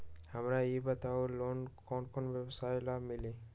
हमरा ई बताऊ लोन कौन कौन व्यवसाय ला मिली?